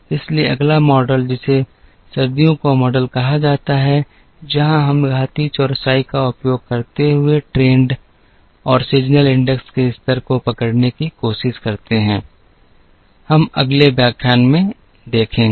इसलिए अगला मॉडल जिसे सर्दियों का मॉडल कहा जाता है जहां हम घातीय चौरसाई का उपयोग करते हुए ट्रेंड और सीज़न इंडेक्स के स्तर को पकड़ने की कोशिश करते हैं हम अगले व्याख्यान में देखेंगे